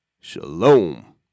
shalom